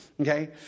okay